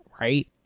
right